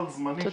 כל זמני שלך.